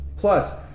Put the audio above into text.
Plus